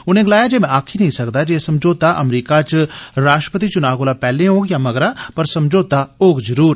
उनें गलाया मै आक्खी नेई सकदा जे एह समझोता अमरीका च राष्ट्रपति चुना कोला पैहले होग या मगरा पर समझोता होग जरुर